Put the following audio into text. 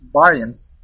variance